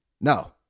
no